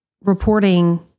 reporting